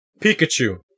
Pikachu